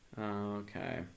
Okay